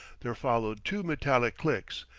there followed two metallic clicks.